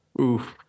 Oof